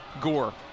Gore